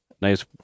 nice